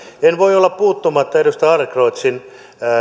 en voi olla puuttumatta edustaja adlercreutzin